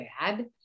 bad